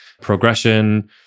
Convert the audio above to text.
progression